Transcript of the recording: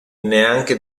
neanche